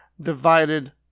divided